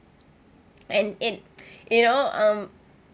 and it you know um